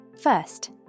First